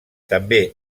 també